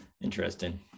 Interesting